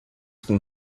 com